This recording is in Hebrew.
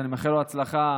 שאני מאחל לו הצלחה,